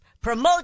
promote